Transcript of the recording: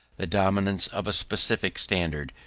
the dominance of a specific standard,